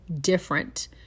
different